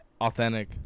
authentic